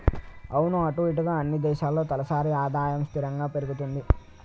అవును అటు ఇటుగా అన్ని దేశాల్లో తలసరి ఆదాయం స్థిరంగా పెరుగుతుంది